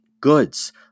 goods